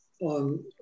on